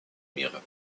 мира